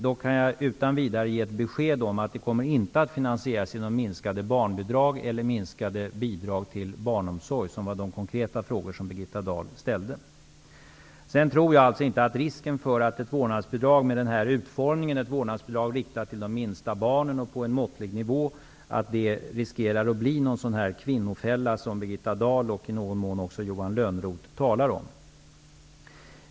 Jag kan dock utan vidare ge besked om att det inte kommer att finansieras genom minskade barnbidrag eller minskade bidrag till barnomsorg, vilket var de konkreta frågor som Jag tror inte att ett vårdnadsbidrag med den här utformningen -- ett vårdnadsbidrag riktat till de minsta barnen och på en måttlig nivå -- riskerar att bli den kvinnofälla som Birgitta Dahl, och i någon mån också Johan Lönnroth, talar om.